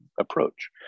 approach